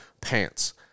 Pants